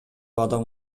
адам